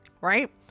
Right